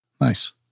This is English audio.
Nice